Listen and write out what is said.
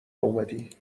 اومدی